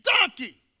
donkey